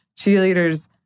cheerleaders